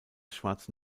schwarze